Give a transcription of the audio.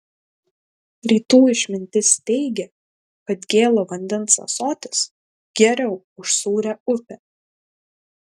rytų išmintis teigia kad gėlo vandens ąsotis geriau už sūrią upę